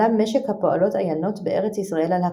עלה משק הפועלות עיינות בארץ ישראל על הקרקע,